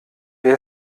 wer